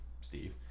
Steve